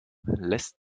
lässt